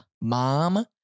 Mom